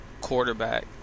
quarterback